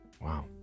Wow